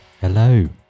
Hello